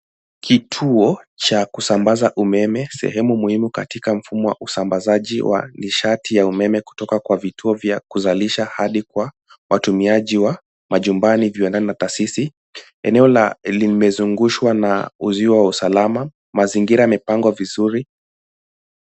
Kituo cha kusambaza umeme, sehemu muhimu katika mfumo wa usambazaji wa nishati ya umeme kutoka kwa vituo vya kuzalisha hadi kwa watumiaji wa majumbani, viwandani na taasisi. Eneo limezungushwa na uzio wa usalama. Mazingira yamepangwa vizuri.